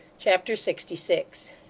chapter sixty six